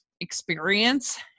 experience